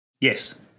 Yes